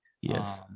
Yes